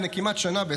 כמעט לפני שנה,